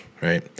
right